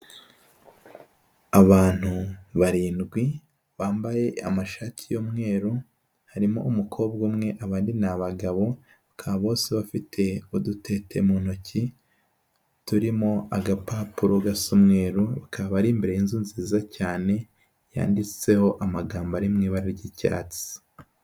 Abantu barindwi bambaye amashati y'umweru, harimo umukobwa umwe abandi ni abagabo, bakabo bose bafite udutete mu ntoki turimo agapapuro gasa umweru, bakaba bari imbere y'inzu nziza cyane yanditseho amagambo ari mu ibara ry'icyatsi.